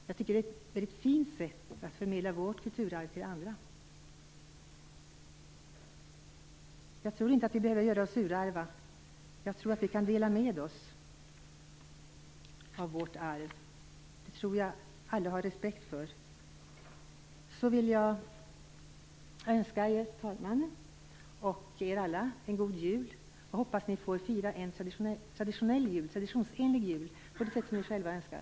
Jag tycker att det är ett väldigt fint sätt att förmedla vårt kulturarv till andra. Jag tror inte att vi behöver göra oss urarva. Jag tror att vi kan dela med oss av vårt arv. Det tror jag att alla har respekt för. Till slut vill jag önska talmannen och er alla en god jul. Jag hoppas att ni får fira en traditionsenlig jul på det sätt som ni själva önskar.